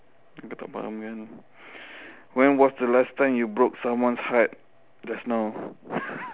you pun tak faham kan when was the last time you broke someone heart just now